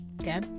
okay